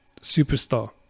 superstar